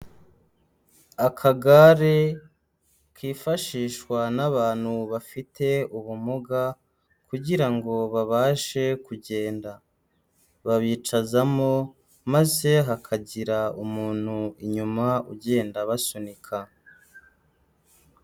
Akagare kifashishwa n'abantu bafite ubumuga kugira ngo babashe kugenda, babicazamo maze hakagira umuntu inyuma ugenda abasunika.